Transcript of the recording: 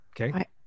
Okay